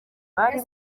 bari